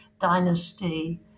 dynasty